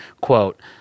quote